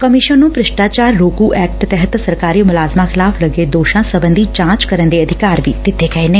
commission ਨੂੰ ਭ੍ਰਿਸ਼ਟਾਚਾਰ ਰੋਕੁ ਐਕਟ ਤਹਿਤ ਸਰਕਾਰੀ ਮੁਲਾਜ਼ਮਾਂ ਖਿਲਾਫ਼ ਲੱਗੇ ਦੋਸ਼ਾਂ ਸਬੰਧੀ ਜਾਂਚ ਕਰਨ ਦੇ ਅਧਿਕਾਰ ਵੀ ਦਿੱਤੇ ਗਏ ਨੇ